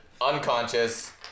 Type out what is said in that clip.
unconscious